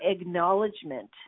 acknowledgement